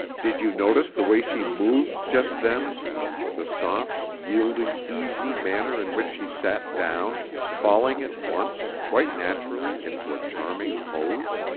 did you notice the way she moved just then the soft, yielding, easy manner in which she sat down, falling at once, quite naturally, into a charming pose?